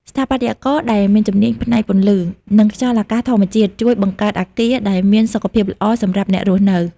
ស្ថាបត្យករដែលមានជំនាញផ្នែកពន្លឺ និងខ្យល់អាកាសធម្មជាតិ ជួយបង្កើតអគារដែលមានសុខភាពល្អសម្រាប់អ្នករស់នៅ។